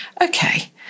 okay